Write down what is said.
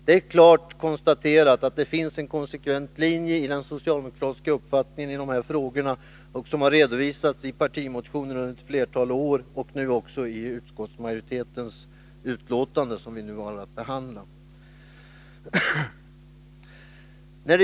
Det är klart konstaterat att det finns en konsekvent linje i den socialdemokratiska uppfattningen i de här frågorna, som har redovisats i partimotioner under flera år och nu också i utskottsmajoritetens utlåtande, som vi i dag har att behandla.